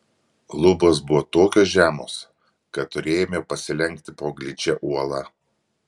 lubos buvo tokios žemos kad turėjome pasilenkti po gličia uola